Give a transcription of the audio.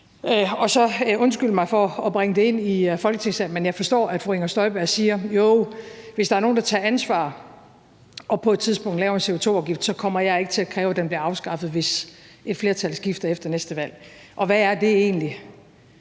undskyld mig for at bringe det ind i Folketingssalen, men jeg forstår, at fru Inger Støjberg siger: Joh, hvis der er nogen, der tager ansvar og på et tidspunkt laver en CO2-afgift, så kommer jeg ikke til at kræve, at den bliver afskaffet, hvis et flertal skifter efter næste valg. Hvad er det egentlig?